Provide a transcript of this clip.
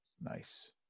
Nice